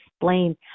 explain